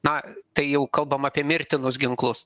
na tai jau kalbam apie mirtinus ginklus